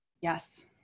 Yes